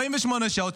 48 שעות,